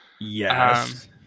Yes